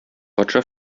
патша